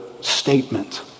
statement